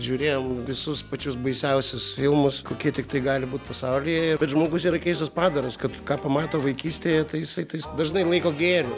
žiūrėjom visus pačius baisiausius filmus kokie tiktai gali būt pasaulyje bet žmogus yra keistas padaras kad ką pamato vaikystėje tai jisai tais dažnai laiko gėriu